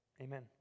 Amen